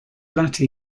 latter